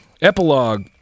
Epilogue